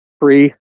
free